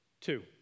Two